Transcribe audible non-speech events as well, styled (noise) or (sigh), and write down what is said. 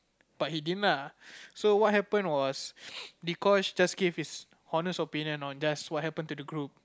but he didn't lah so what happen was (noise) Dee-Kosh just gave his honest opinion on just what happen to the group